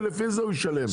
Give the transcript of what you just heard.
ולפי זה הוא ישלם.